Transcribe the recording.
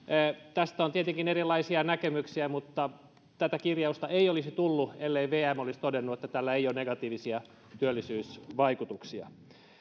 tästä on tietenkin erilaisia näkemyksiä mutta tätä kirjausta ei olisi tullut ellei vm olisi todennut että tällä ei ole negatiivisia työllisyysvaikutuksia